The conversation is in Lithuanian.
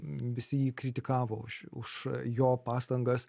visi jį kritikavo už už jo pastangas